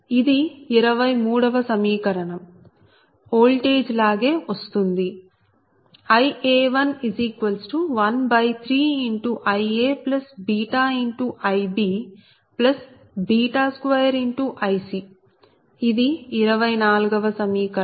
ఇది 23 వ సమీకరణం ఓల్టేజ్ లాగే వస్తుంది Ia113IaβIb2Ic ఇది 24 వ సమీకరణం